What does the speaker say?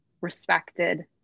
respected